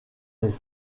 des